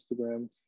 Instagram